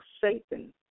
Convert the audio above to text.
Satan